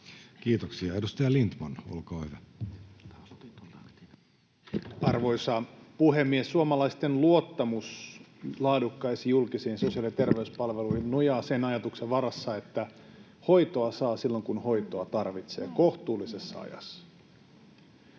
Kiitoksia. — Edustaja Lindtman, olkaa hyvä. Arvoisa puhemies! Suomalaisten luottamus laadukkaisiin julkisiin sosiaali- ja terveyspalveluihin nojaa sen ajatuksen varaan, että hoitoa saa silloin, kun hoitoa tarvitsee, kohtuullisessa ajassa.